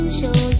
show